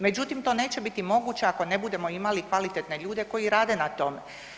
Međutim, to neće biti moguće ako ne budemo imali kvalitetne ljude koji rade na tome.